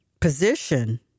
position